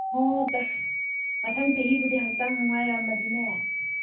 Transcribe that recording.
ꯃꯊꯪ ꯆꯍꯤꯕꯨꯗꯤ ꯍꯛꯆꯥꯡ ꯅꯨꯡꯉꯥꯏꯔꯝꯃꯗꯤ